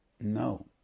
No